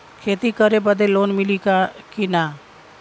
खेती करे बदे लोन मिली कि ना?